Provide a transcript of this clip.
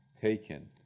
taken